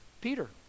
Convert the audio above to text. Peter